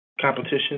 competition